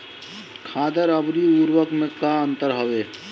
खादर अवरी उर्वरक मैं का अंतर हवे?